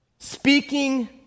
Speaking